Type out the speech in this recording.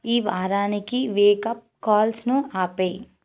ఈ వారానికి వేక్అప్ కాల్స్ను ఆపేయి